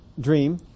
dream